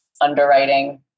underwriting